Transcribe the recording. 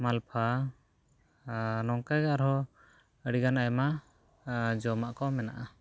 ᱢᱟᱞᱯᱚᱣᱟ ᱱᱚᱝᱠᱟᱜᱮ ᱟᱨᱚ ᱟᱹᱰᱤᱜᱟᱱ ᱟᱭᱢᱟ ᱡᱚᱢᱟᱜ ᱠᱚ ᱢᱮᱱᱟᱜᱼᱟ